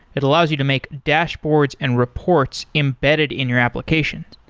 it allows you to make dashboards and reports embedded in your application.